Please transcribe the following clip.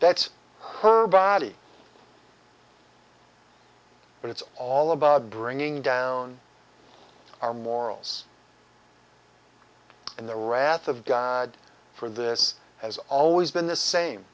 that's her body and it's all about bringing down our morals and the wrath of god for this has always been the same